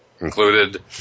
included